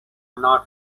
not